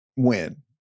win